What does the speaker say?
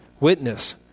Witness